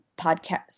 podcast